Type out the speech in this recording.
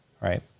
right